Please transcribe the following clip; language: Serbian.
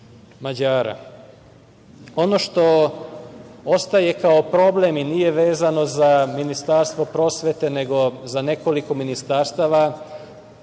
Mađara. Ono što ostaje kao problem i nije vezano za Ministarstvo prosvete, nego za nekoliko ministarstava,